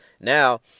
Now